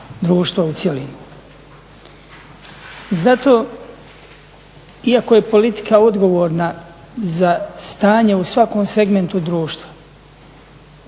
društva u cjelini. Zato iako je politika odgovorna za stanje u svakom segmentu društva